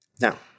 Now